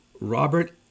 Robert